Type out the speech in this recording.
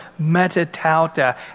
metatauta